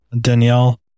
Danielle